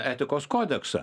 etikos kodeksą